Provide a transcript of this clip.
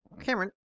Cameron